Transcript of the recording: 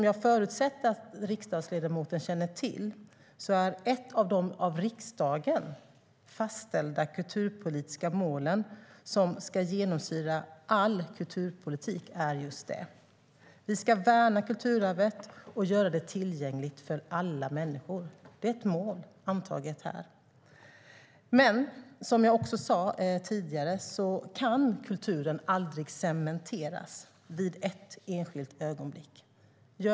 Jag förutsätter att riksdagsledamoten känner till att ett av de av riksdagen fastställda kulturpolitiska målen som ska genomsyra all kulturpolitik handlar om just det. Vi ska värna kulturarvet och göra det tillgängligt för alla människor. Det är ett mål, antaget här. Men kulturen kan aldrig cementeras vid ett enskilt ögonblick, vilket jag också sa tidigare.